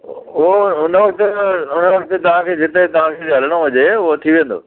हो हुन वक़्तु हुन वक़्तु तव्हांखे जिते तव्हांखे हलणो हुजे उहो थी वेंदो